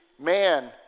man